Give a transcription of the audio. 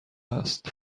است